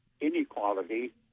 Inequality